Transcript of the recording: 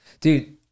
dude